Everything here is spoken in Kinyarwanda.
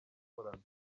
gukorana